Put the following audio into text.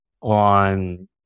on